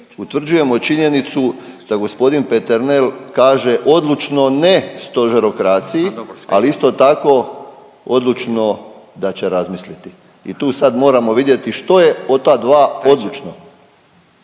Utvrđujemo činjenicu da g. Peternel kaže odlučno ne stožerokraciji, ali isto tako, odlučno da će razmisliti i tu sad moramo vidjeti što je od ta dva odlučno.